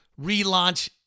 relaunch